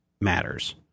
matters